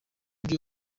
vyo